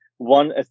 one